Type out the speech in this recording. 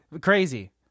Crazy